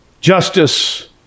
Justice